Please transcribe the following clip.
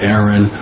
Aaron